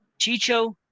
Chicho